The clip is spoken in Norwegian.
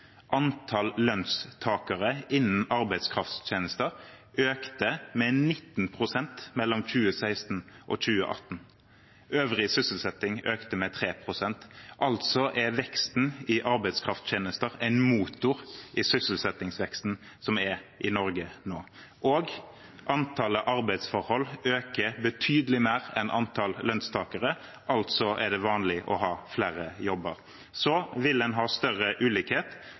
antall lønnstakere innen arbeidskrafttjenester økte med 19 pst. mellom 2016 og 2018. Øvrig sysselsetting økte med 3 pst. Altså er veksten i arbeidskrafttjenester en motor i sysselsettingsveksten som er i Norge nå. Og: Antallet arbeidsforhold øker betydelig mer enn antall lønnstakere. Altså er det vanlig å ha flere jobber. Så hvis man vil ha større ulikhet,